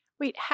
wait